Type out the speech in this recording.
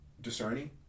discerning